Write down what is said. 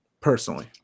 personally